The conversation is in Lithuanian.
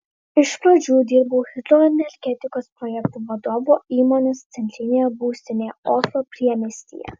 iš pradžių dirbau hidroenergetikos projektų vadovu įmonės centrinėje būstinėje oslo priemiestyje